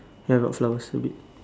ya got flowers a bit